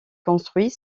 construit